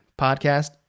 podcast